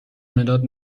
مداد